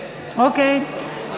אוקיי.